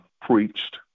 preached